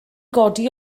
godi